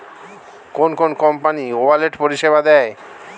কোন কোন company wallet পরিষেবা দেয়?